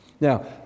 now